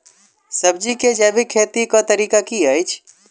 सब्जी केँ जैविक खेती कऽ तरीका की अछि?